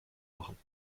machen